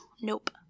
Nope